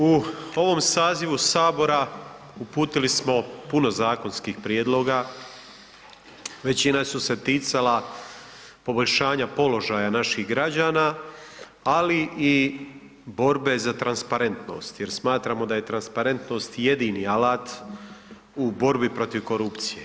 U ovom sazivu sabora uputili smo puno zakonskih prijedloga, većina su se ticala poboljšanja položaja naših građana, ali i borbe za transparentnost jer smatramo da je transparentnost jedini alat u borbi protiv korupcije.